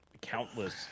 countless